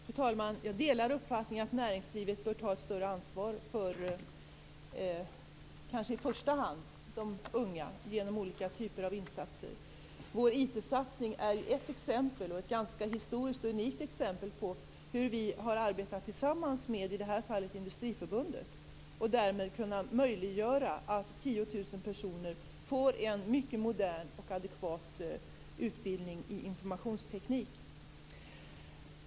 Fru talman! Jag delar uppfattningen att näringslivet bör ta ett större ansvar, kanske i första hand för de unga, genom olika typer av insatser. Vår IT-satsning är ett exempel, ett historiskt och unikt sådant, på hur vi tillsammans med i det här fallet Industriförbundet har kunnat möjliggöra att 10 000 personer får en mycket modern och adekvat utbildning i informationsteknik.